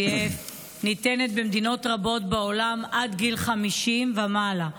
שניתנת במדינות רבות בעולם עד גיל 50 ומעלה,